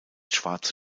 schwarze